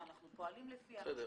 שאנחנו פועלים לפיה,